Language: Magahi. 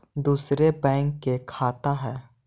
दुसरे बैंक के खाता हैं?